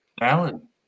Alan